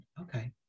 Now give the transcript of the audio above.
Okay